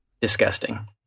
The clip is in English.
disgusting